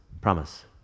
promise